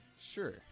Sure